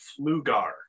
Flugar